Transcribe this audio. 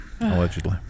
Allegedly